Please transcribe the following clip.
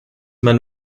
men